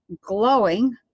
glowing